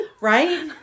right